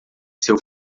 seu